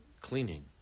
cleaning